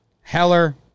Heller